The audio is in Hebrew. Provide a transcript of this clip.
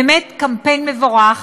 באמת קמפיין מבורך,